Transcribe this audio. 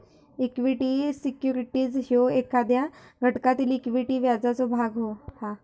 equity securities ह्यो एखाद्या घटकातील इक्विटी व्याजाचो भाग हा